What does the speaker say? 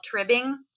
tribbing